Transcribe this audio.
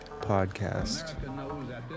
podcast